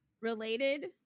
related